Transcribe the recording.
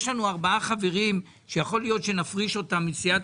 יש לנו ארבעה חברים שיכול להיות שנפריש אותם מסיעת